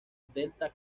delta